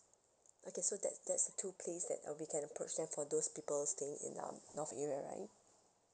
okay so that's that's the two place that uh we can approach them for those people staying in the north area right